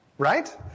Right